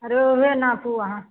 रेहूए नापू अहाँ